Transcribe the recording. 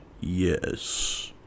Yes